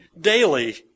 daily